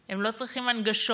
הם לא צריכים הנגשות.